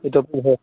इतोपि भोः